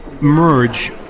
merge